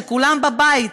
כשכולם בבית,